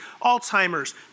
Alzheimer's